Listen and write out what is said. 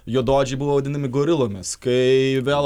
juodaodžiai buvo vadinami gorilomis kai vėl